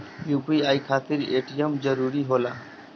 UPI खातिर ATM जरूरी होला?